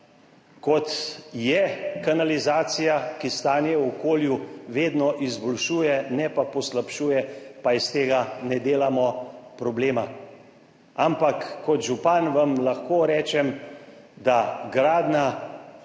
kot je kanalizacija, ki stanje v okolju vedno izboljšuje, ne pa poslabšuje, pa iz tega ne delamo problema. Ampak kot župan vam lahko rečem, da gradnja